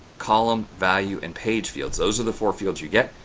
column, value and page fields those are the four fields you get.